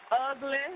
ugly